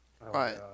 Right